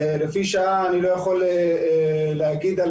לפי שעה אני לא יכול להגיד על